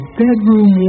bedroom